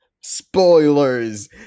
Spoilers